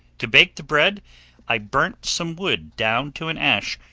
to bake the bread i burnt some wood down to an ash,